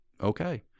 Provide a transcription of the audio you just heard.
okay